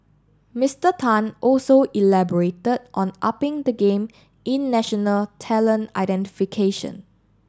Mister Tan also elaborated on upping the game in national talent identification